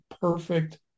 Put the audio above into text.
perfect